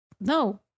No